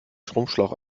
schrumpfschlauch